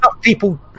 people